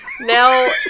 now